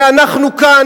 ואנחנו כאן,